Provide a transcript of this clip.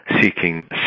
seeking